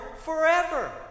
forever